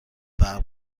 برق